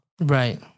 Right